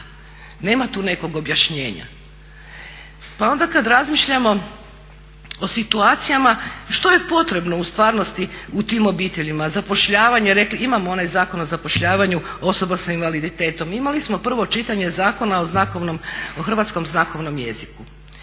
nema tu nekog objašnjenja. Pa onda kada razmišljamo o situacijama što je potrebno u tim obiteljima, zapošljavanje, imamo onaj Zakon o zapošljavanju osoba s invaliditetom, imali smo prvo čitanje Zakona o hrvatskom znakovnom jeziku.